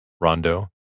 rondo